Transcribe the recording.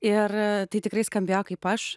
ir tai tikrai skambėjo kaip aš